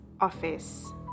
office